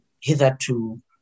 hitherto